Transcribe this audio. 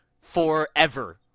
Forever